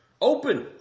Open